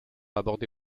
abordé